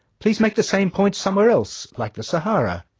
please make the same point somewhere else, like the sahara.